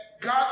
God